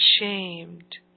ashamed